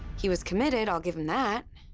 he was committed, i'll give him that.